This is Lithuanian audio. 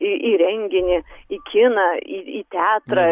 į į renginį į kiną į į teatrą